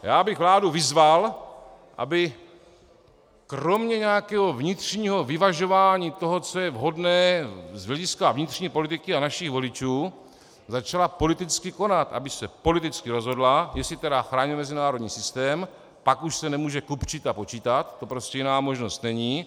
Já bych vládu vyzval, aby kromě nějakého vnitřního vyvažování toho, co je vhodné z hlediska vnitřní politiky a našich voličů, začala politicky konat, aby se politicky rozhodla, jestli tedy chráníme mezinárodní systém pak už se nemůže kupčit a počítat, to prostě jiná možnost není.